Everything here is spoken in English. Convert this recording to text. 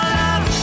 love